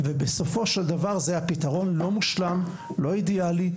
ובסופו של דבר זה היה פתרון לא מושלם לא אידיאלי,